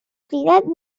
cridat